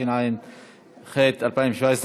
התשע"ח 2017,